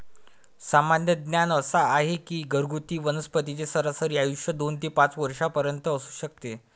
सामान्य ज्ञान असा आहे की घरगुती वनस्पतींचे सरासरी आयुष्य दोन ते पाच वर्षांपर्यंत असू शकते